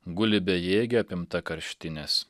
guli bejėgė apimta karštinės